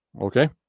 okay